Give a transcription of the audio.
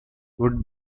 would